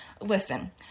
listen